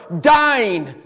dying